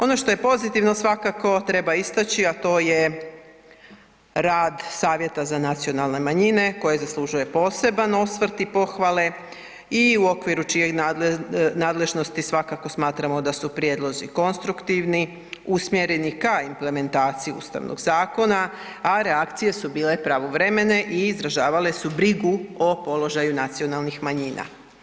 Ono što je pozitivno, svakako treba istaći, a to je rad Savjeta za nacionalne manjine koji zaslužuje poseban osvrt i pohvale i u okviru čije nadležnosti svakako smatramo da su prijedlozi konstruktivni, usmjereni ka implementaciji Ustavnog zakona, a reakcije su bile pravovremene i izražavale su brigu o položaju nacionalnih manjina.